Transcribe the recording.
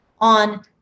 on